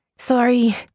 Sorry